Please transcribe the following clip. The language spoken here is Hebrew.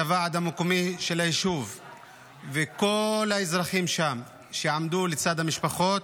הוועד המקומי של היישוב וכל האזרחים שם שעמדו לצד המשפחות.